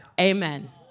Amen